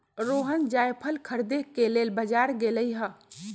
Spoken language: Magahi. रोहण जाएफल खरीदे के लेल बजार गेलई ह